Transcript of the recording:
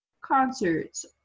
concerts